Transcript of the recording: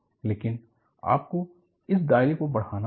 लेकिन आपको इस दायरे को बढ़ाना होगा